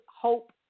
hope